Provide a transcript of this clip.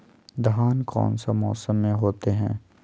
धान कौन सा मौसम में होते है?